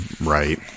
right